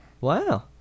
Wow